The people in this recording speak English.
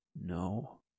no